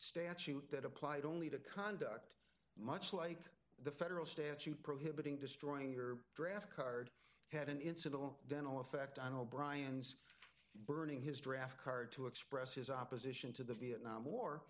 statute that applied only to conduct much like the federal statute prohibiting destroying your draft card had an incident dental effect on o'brien's burning his draft card to express his opposition to the vietnam war